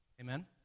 Amen